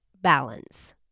balance